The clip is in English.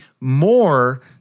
more